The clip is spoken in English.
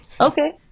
okay